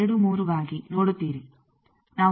23ಗಾಗಿ ನೋಡುತ್ತೀರಿ